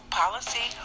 policy